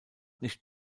nicht